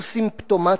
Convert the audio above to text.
הוא סימפטומטי.